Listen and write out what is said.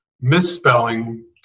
misspelling